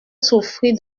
souffrir